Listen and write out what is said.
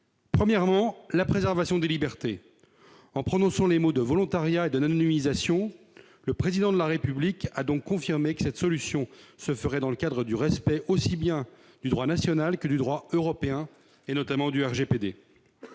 Premièrement, la préservation des libertés. En prononçant les mots « volontariat » et « anonymisation », le Président de la République a donc confirmé que cette solution se ferait dans le cadre du respect aussi bien du droit national que du droit européen, notamment du RGPD